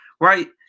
right